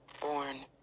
born